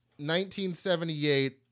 1978